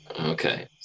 Okay